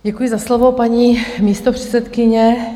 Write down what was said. Děkuji za slovo, paní místopředsedkyně.